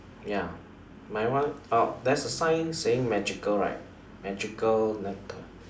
ya mine one ah there's a sign saying magical right magical lamp